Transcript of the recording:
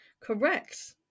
Correct